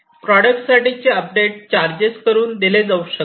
प्रॉडक्टसाठी चे update charges करून दिले जाऊ शकतात